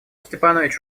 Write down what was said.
степанович